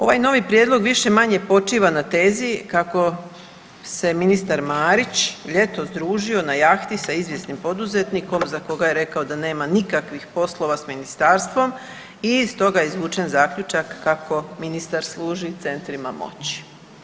Ovaj novi prijedlog više-manje počiva na tezi kako se ministar Marić ljetos družio na jahti sa izvjesnim poduzetnikom za koga je rekao da nema nikakvih poslova s ministarstvom i iz toga je izvučen zaključak kako ministar služi centrima moći.